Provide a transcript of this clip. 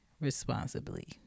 responsibly